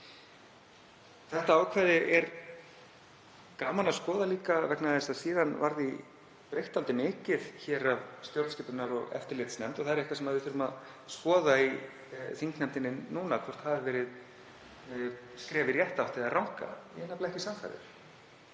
Þetta ákvæði er gaman að skoða líka vegna þess að síðan var því breytt dálítið mikið af stjórnskipunar- og eftirlitsnefnd, og það er eitthvað sem við þurfum að skoða í þingnefndinni núna, hvort hafi verið skref í rétta átt eða ranga. Ég er nefnilega ekki sannfærður.